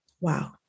wow